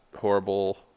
horrible